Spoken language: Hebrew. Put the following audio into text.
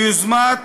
ביוזמת